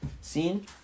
scene